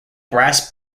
brass